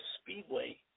Speedway